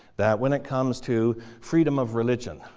that when it comes to freedom of religion,